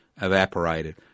evaporated